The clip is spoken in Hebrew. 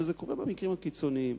זה קורה במקרים הקיצוניים.